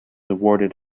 awarded